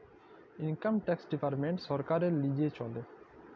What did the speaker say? income tax department ছরকারের লিচে চলে